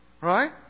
right